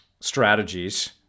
strategies